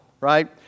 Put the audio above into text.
Right